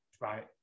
Right